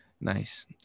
Nice